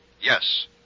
Yes